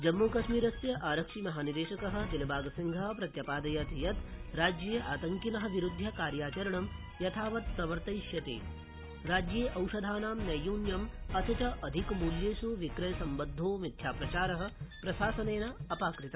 जम्मूकश्मीरस्य आरक्षिमहानिदेशक दिलबागसिंह प्रत्य ादयत् यत् राज्ये आतङकिन विरुध्य कार्याचरणं यथावत् प्रवर्तयिष्यति राज्ये औषधानां नैयून्यम् अथ च अधिक मूल्येष् विक्रयसम्बद्धो मिथ्या प्रचार प्रशासनेन अ ाकृत